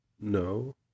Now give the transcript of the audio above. No